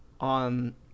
on